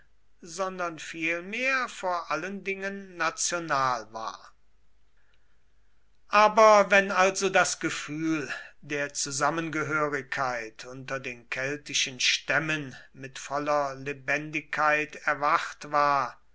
sondern vielmehr vor allen dingen national war aber wenn also das gefühl der zusammengehörigkeit unter den keltischen stämmen mit voller lebendigkeit erwacht war